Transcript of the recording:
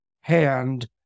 hand